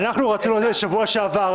רצינו להעביר את זה בשבוע שעבר,